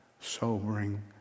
sobering